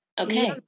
Okay